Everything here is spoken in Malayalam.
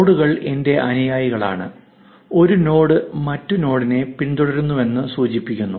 നോഡുകൾ എന്റെ അനുയായികളാണ് ഒരു നോഡ് മറ്റ് നോഡിനെ പിന്തുടരുന്നുവെന്ന് സൂചിപ്പിക്കുന്നു